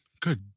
Good